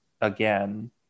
again